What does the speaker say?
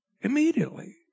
Immediately